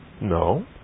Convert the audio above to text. No